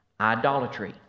idolatry